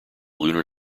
lunar